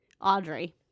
Audrey